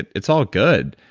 and it's all good,